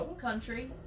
country